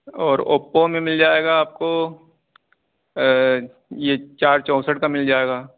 اور اوپو میں مل جائے گا آپ کو یہ چار چونسٹھ کا مل جائے گا